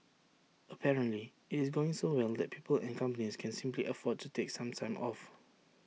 apparently IT is going so well that people and companies can simply afford to take some time off